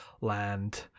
land